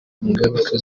ingaruka